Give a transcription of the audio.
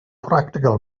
practical